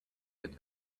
earth